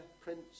prince